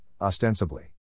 ostensibly